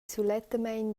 sulettamein